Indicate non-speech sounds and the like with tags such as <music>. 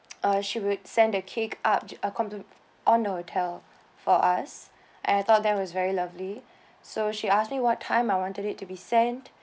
<noise> uh she will send the cake up uh come to on the hotel for us and I thought that was very lovely so she asked me what time I wanted it to be sent